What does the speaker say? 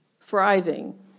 thriving